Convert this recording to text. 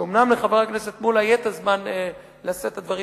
שאומנם לחבר הכנסת מולה יהיה הזמן לשאת את הדברים,